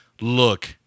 look